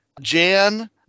jan